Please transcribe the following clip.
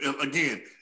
again